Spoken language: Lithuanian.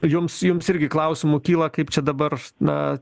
jums jums irgi klausimų kyla kaip čia dabar na